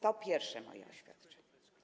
To pierwsze moje oświadczenie.